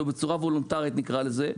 אלא בצורה וולונטרית נקרא לזה,